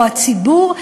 או הציבור,